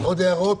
עוד הערות